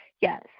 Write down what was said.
yes